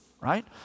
right